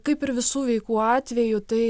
kaip ir visų veikų atveju tai